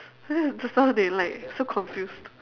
and then just now they like so confused